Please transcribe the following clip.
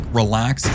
relax